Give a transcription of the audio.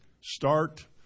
start